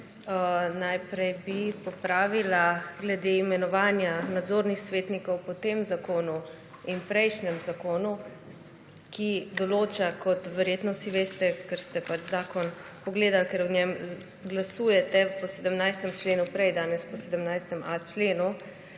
Najprej bi popravila glede imenovanja nadzornih svetnikov. Po tem zakonu in prejšnjem zakonu, ki določa, kot verjetno vsi veste, ker ste zakon pogledali, ker o njem glasujete, prej po 17. členu, danes po 17.a členu,